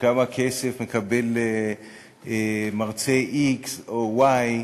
וכמה כסף מקבל מרצה x או y,